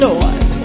Lord